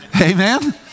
Amen